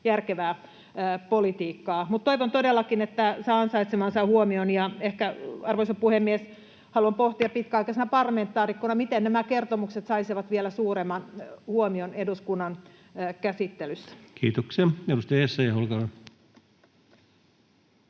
järkevää politiikkaa. Mutta toivon todellakin, että tämä saa ansaitsemansa huomion. Ja ehkä, arvoisa puhemies, haluan pohtia pitkäaikaisena parlamentaarikkona, miten nämä kertomukset saisivat vielä suuremman huomion eduskunnan käsittelyssä. Kiitoksia. — Edustaja Essayah,